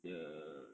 dia